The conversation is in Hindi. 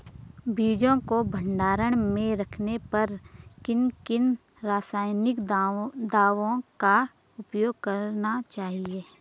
बीजों को भंडारण में रखने पर किन किन रासायनिक दावों का उपयोग करना चाहिए?